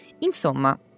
Insomma